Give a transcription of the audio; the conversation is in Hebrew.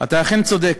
"אתה אכן צודק.